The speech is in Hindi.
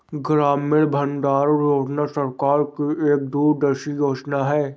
ग्रामीण भंडारण योजना सरकार की एक दूरदर्शी योजना है